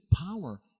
power